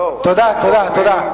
תודה, תודה.